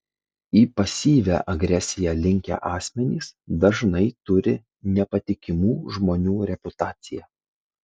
į pasyvią agresiją linkę asmenys dažnai turi nepatikimų žmonių reputaciją